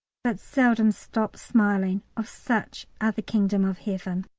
but seldom stopped smiling. of such are the kingdom of heaven.